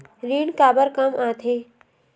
ऋण काबर कम आथे?